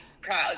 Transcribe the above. proud